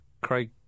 Craig